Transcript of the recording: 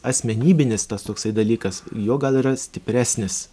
asmenybinis tas toksai dalykas jo gal yra stipresnis